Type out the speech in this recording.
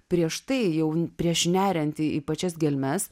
prieš tai jau prieš neriant į pačias gelmes